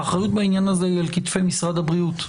האחריות בעניין הזה היא על כתפי משרד הבריאות.